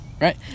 Right